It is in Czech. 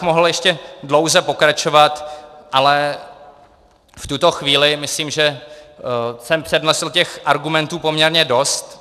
Mohl bych ještě dlouze pokračovat, ale v tuto chvíli myslím, že jsem přednesl těch argumentů poměrně dost.